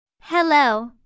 Hello